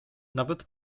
nawet